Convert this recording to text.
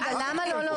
למה לא להוסיף